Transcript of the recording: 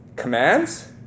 Commands